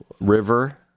river